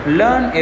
learn